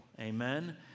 Amen